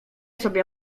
sobie